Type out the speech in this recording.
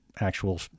actual